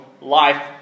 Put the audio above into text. life